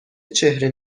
چهره